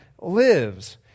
lives